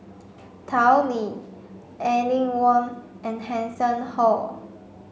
Tao Li Aline Wong and Hanson Ho